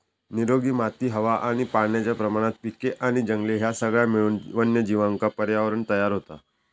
निरोगी माती हवा आणि पाण्याच्या प्रमाणात पिके आणि जंगले ह्या सगळा मिळून वन्यजीवांका पर्यावरणं तयार होता